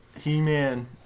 He-Man